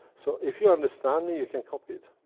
so, if you understand me, you can copy it.